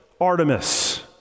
Artemis